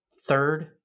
third